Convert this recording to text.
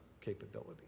capability